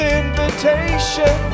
invitation